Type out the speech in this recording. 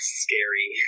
scary